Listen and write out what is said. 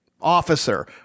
officer